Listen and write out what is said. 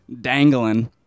dangling